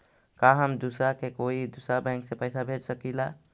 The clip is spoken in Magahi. का हम दूसरा के कोई दुसरा बैंक से पैसा भेज सकिला?